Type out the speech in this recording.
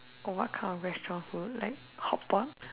oh what kind of restaurant food like hot pot